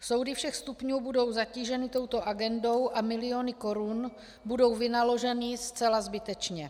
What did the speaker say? Soudy všech stupňů budou zatíženy touto agendou a miliony korun budou vynaloženy zcela zbytečně.